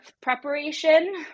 preparation